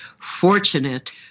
fortunate